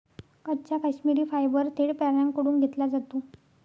कच्चा काश्मिरी फायबर थेट प्राण्यांकडून घेतला जातो